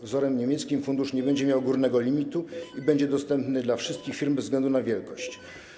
Wzorem niemieckim fundusz nie będzie miał górnego limitu i będzie dostępny dla wszystkich firm bez względu na wielkość.